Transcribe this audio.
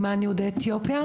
למען יהודי אתיופיה,